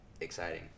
exciting